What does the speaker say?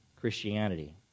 Christianity